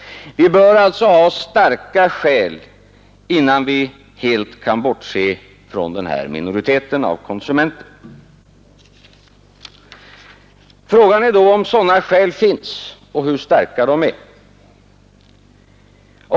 Vi bör alltså ha starka skäl innan vi helt kan bortse från den här minoriteten av konsumenter. Frågan är då om sådana skäl finns och hur starka de är.